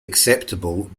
acceptable